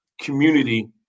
community